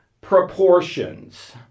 proportions